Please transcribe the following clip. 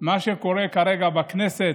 מה שקורה כרגע בכנסת,